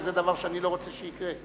וזה דבר שאני לא רוצה שיקרה.